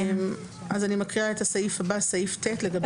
אז אני מקריאה את הסעיף הבא, סעיף (ט).